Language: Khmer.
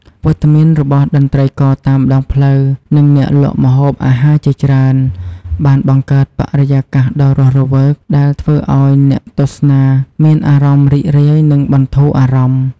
វត្តមានរបស់តន្ត្រីករតាមដងផ្លូវ និងអ្នកលក់ម្ហូបអាហារជាច្រើន បានបង្កើតបរិយាកាសដ៏រស់រវើក ដែលធ្វើឱ្យអ្នកទស្សនាមានអារម្មណ៍រីករាយ និងបន្ធូរអារម្មណ៍។